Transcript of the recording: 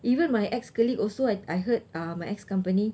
even my ex colleague also I I heard uh my ex company